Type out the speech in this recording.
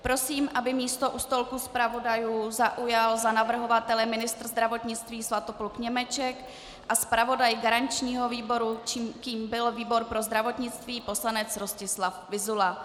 Prosím, aby místo u stolku zpravodajů zaujal za navrhovatele ministr zdravotnictví Svatopluk Němeček a zpravodaj garančního výboru, kterým byl výbor pro zdravotnictví, poslanec Rostislav Vyzula.